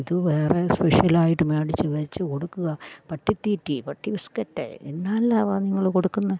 ഇത് വേറെ സ്പെഷ്യൽ ആയിട്ട് വേടിച്ച് വച്ച് കൊടുക്കുവാ പട്ടിത്തീറ്റി പട്ടി ബിസ്കറ്റ് എന്തെല്ലാമാ നിങ്ങൾ കൊടുക്കുന്നത്